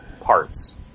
parts